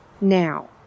Now